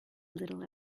little